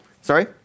Sorry